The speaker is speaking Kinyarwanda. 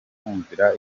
kumvira